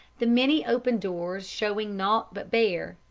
the many open doors showing nought but bare,